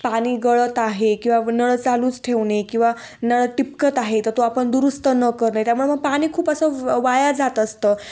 पाणी गळत आहे किंवा नळं चालूच ठेवणे किंवा नळं ठिबकत आहे त तो आपण दुरुस्त न करणे त्यामुळे मग पाणी खूप असं वा वाया जात असतं